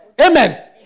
Amen